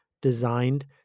designed